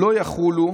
"לא יחולו